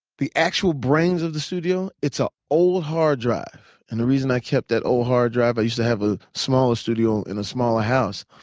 the actual brains of the studio, it's an ah old hard drive. and the reason i kept that old hard drive, i used to have a smaller studio in a smaller house.